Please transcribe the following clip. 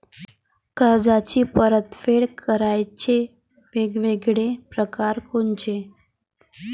कर्जाची परतफेड करण्याचे वेगवेगळ परकार कोनचे?